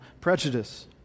prejudice